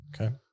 Okay